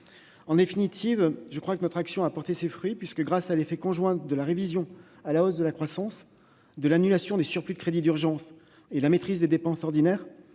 En définitive, je crois que notre action a porté ses fruits. Grâce à l'effet conjoint de la révision à la hausse de la croissance, de l'annulation des surplus des crédits d'urgence et de la maîtrise des dépenses ordinaires,